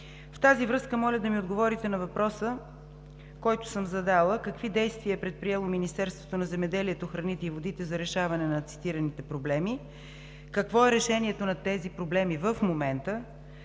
В този връзка моля да ми отговорите на въпроса, който съм задала: какви действия е предприело Министерството на земеделието, храните и горите за решаване на цитираните проблеми? Какво е решението на тези проблеми в момента?